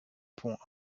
pont